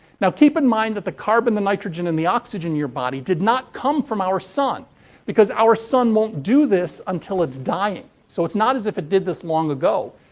now, keep in mind that the carbon and the nitrogen and the oxygen in your body did not come from our sun because our sun won't do this until it's dying. so, it's not as if it did this long ago.